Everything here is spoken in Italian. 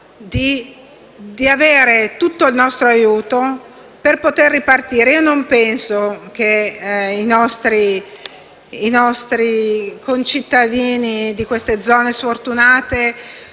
di avere tutto il nostro aiuto per poter ripartire. Io non penso che i nostri concittadini di queste zone sfortunate